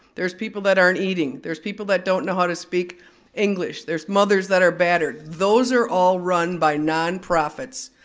there's people that aren't eating. there's people that don't know how to speak english. there's mothers that are battered. those are all run by non profits.